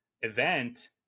event